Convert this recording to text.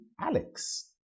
alex